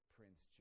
Prince